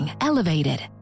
Elevated